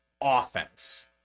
offense